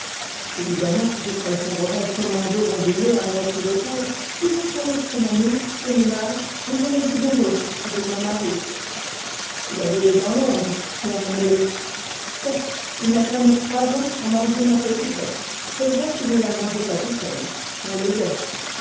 je préférerais commander mon dîner à un maître d'hôtel mais j'en ai vu bien d'autres avec mon mari il avait les dents longues pierre manolé il n'a pas mis trois ans à manger ma petite dot c'est vrai qu'il ne la mangeait pas tout seul on l'aidait